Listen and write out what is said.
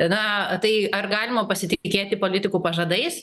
na tai ar galima pasitikėti politikų pažadais